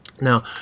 Now